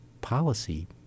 policy